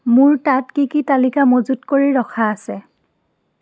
মোৰ তাত কি কি তালিকা মজুত কৰি ৰখা আছে